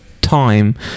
time